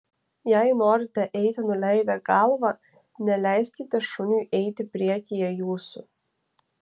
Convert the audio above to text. jei norite eiti nuleidę galvą neleiskite šuniui eiti priekyje jūsų